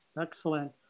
Excellent